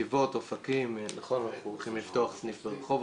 חשים, אנחנו מתחברים לפניה.